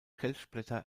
kelchblätter